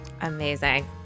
Amazing